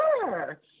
sure